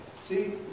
See